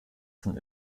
von